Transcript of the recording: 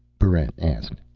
barrent asked.